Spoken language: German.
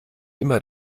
immer